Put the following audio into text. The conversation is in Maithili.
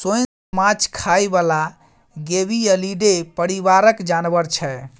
सोंइस माछ खाइ बला गेबीअलीडे परिबारक जानबर छै